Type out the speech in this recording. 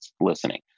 listening